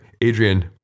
Adrian